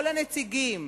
כל הנציגים